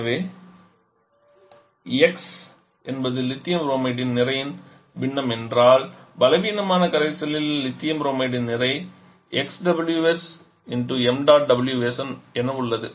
எனவே x என்பது lithium புரோமைட்டின் நிறையின் பின்னம் என்றால் பலவீனமான கரைசலில் லித்தியம் புரோமைட்டின் நிறை என உள்ளது